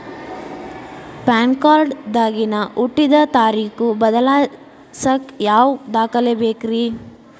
PAN card ದಾಗಿನ ಹುಟ್ಟಿದ ತಾರೇಖು ಬದಲಿಸಾಕ್ ಯಾವ ದಾಖಲೆ ಬೇಕ್ರಿ?